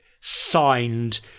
signed